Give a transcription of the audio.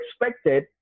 expected